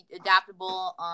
adaptable